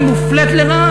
היא מופלית לרעה.